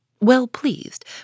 well-pleased